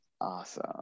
Awesome